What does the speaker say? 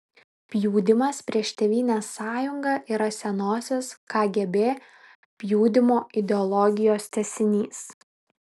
pjudymas prieš tėvynės sąjungą yra senosios kgb pjudymo ideologijos tęsinys